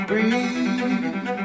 Breathe